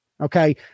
Okay